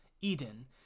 Eden